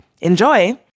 Enjoy